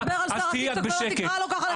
אתה לא תדבר על ״שר הטיק טוק״ ולא תקרא לו ככה.